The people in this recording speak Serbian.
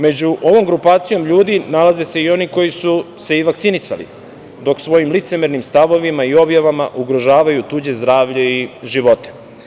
Među ovom grupacijom ljudi nalaze se i oni koji su se i vakcinisali, dok svojim licemernim stavovima i objavama ugrožavaju tuđe zdravlje i živote.